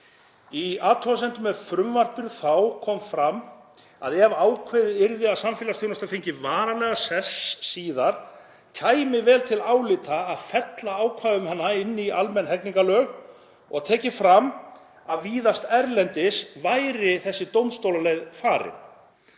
Í athugasemdum með frumvarpinu kom fram að ef ákveðið yrði að samfélagsþjónusta fengi varanlegan sess síðar kæmi vel til álita að fella ákvæði um hana inn í almenn hegningarlög og tekið fram að víðast erlendis væri dómstólaleiðin farin.